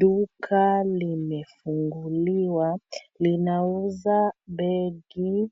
Duka limefunguliwa linauza begi